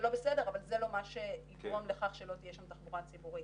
אבל זה לא מה שיגרום לכך שלא תהיה שם תחבורה ציבורית.